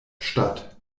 statt